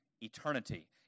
eternity